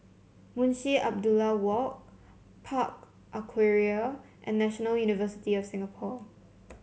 Munshi Abdullah Walk Park Aquaria and National University of Singapore